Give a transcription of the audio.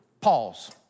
Pause